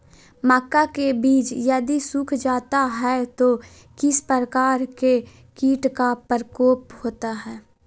मक्का के बिज यदि सुख जाता है तो किस प्रकार के कीट का प्रकोप होता है?